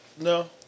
No